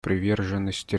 приверженность